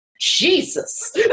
Jesus